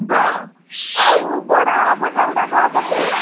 ହଁ ଆଉ ବଡ଼ ଫଟୋଗୁଡ଼ାକ କେତେ